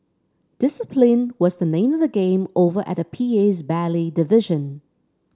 discipline was the name of the game over at the P A's ballet division